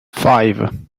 five